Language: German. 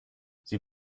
sie